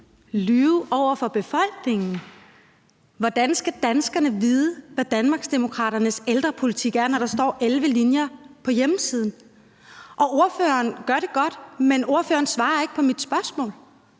Lyve over for befolkningen? Hvordan skal danskerne vide, hvad Danmarksdemokraternes ældrepolitik er, når der står 11 linjer på hjemmesiden? Ordføreren gør det godt, men ordføreren svarer ikke på mit spørgsmål,